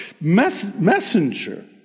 messenger